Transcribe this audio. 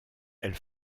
elle